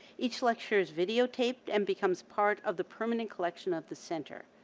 each lecture is videotaped and becomes part of the permanent collection of the center.